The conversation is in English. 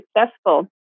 successful